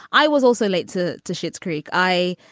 i was also late to to shit's creek. i.